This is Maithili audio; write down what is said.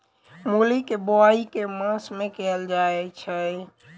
मूली केँ बोआई केँ मास मे कैल जाएँ छैय?